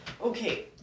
okay